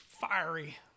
fiery